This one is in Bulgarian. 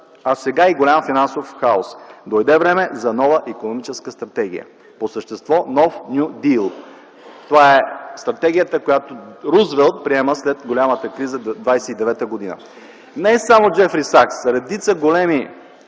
а сега и голям финансов хаос. Дойде време за нова икономическа стратегия, по същество New Deal”. Това е стратегията, която Рузвелт приема след голямата криза през 1929г. Не е само Джефри Сакс, редица големи